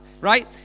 right